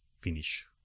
finish